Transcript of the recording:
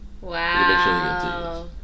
wow